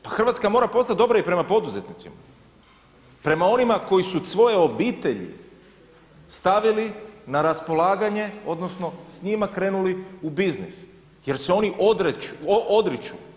Pa Hrvatska mora postati dobra i prema poduzetnicima, prema onima koji su svoje obitelji stavili na raspolaganje, odnosno s njima krenuli u biznis jer se oni odriču.